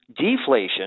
deflation